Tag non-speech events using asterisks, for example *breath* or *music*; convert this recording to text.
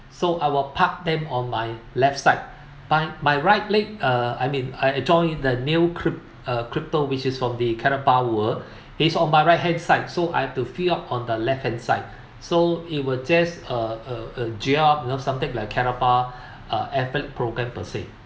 so I'll park them on my left side by my right leg uh I mean I I joined the new crypt uh crypto which is from the karatbar world is on my right hand side so I have to fill up on the left hand side so it will just uh uh uh jerk up you know something like karatbar *breath* uh affiliate program per se